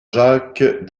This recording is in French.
jacques